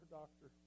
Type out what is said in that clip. doctor